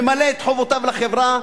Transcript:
ממלא את חובותיו לחברה,